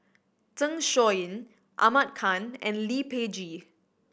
Zeng Shouyin Ahmad Khan and Lee Peh Gee